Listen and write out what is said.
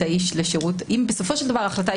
בסופו של דבר,